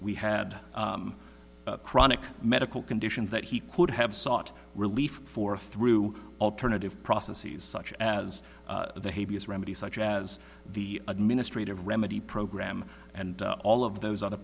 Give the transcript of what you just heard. had chronic medical conditions that he could have sought relief for through alternative processes such as the remedy such as the administrative remedy program and all of those other